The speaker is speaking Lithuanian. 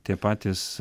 tie patys